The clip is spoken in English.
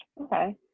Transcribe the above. Okay